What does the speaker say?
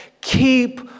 keep